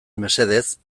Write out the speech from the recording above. mesedez